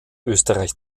österreich